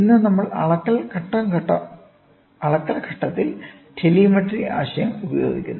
ഇന്ന് നമ്മൾ അളക്കൽ ഘട്ടത്തിൽ ടെലിമെട്രി ആശയം ഉപയോഗിക്കുന്നു